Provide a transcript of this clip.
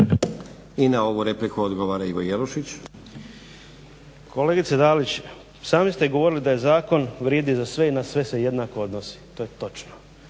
I na ovu repliku odgovara Ivo Jelušić. **Jelušić, Ivo (SDP)** Kolegice Dalić sami ste govorili da zakon vrijedi za sve i na sve se jednako odnosi. To je točno.